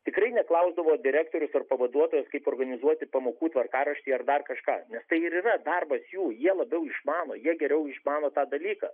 tikrai neklausdavo direktorius ir pavaduotojas kaip organizuoti pamokų tvarkaraštį ar dar kažką nes tai ir yra darbas jų jie labiau išmano jie geriau išmano tą dalyką